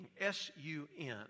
S-U-N